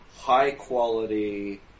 high-quality